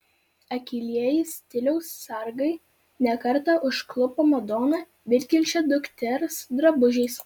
akylieji stiliaus sargai ne kartą užklupo madoną vilkinčią dukters drabužiais